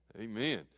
Amen